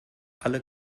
alle